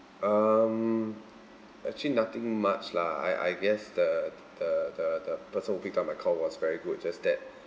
um actually nothing much lah I I guess the the the the person who picked up my call was very good just that